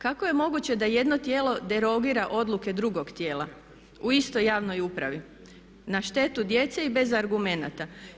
Kako je moguće da jedno tijelo derogira odluke drugog tijela u istoj javnoj upravi na štetu djecu i bez argumenata?